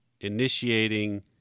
initiating